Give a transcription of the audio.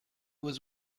was